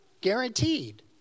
guaranteed